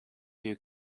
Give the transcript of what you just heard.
few